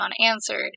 unanswered